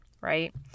right